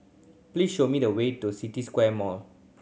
please show me the way to City Square Mall